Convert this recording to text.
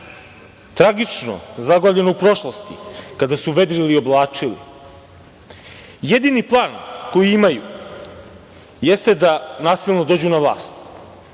tragično zaglavljen u prošlosti, kada su vedrili i oblačili. Jedini plan koji imaju jeste da nasilno dođu na vlast.